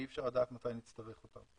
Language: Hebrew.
כי אי-אפשר לדעת מתי נצטרך אותן.